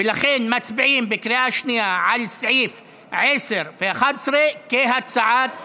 ולכן מצביעים בקריאה השנייה על סעיפים 10 ו-11 כהצעת הוועדה.